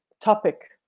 topic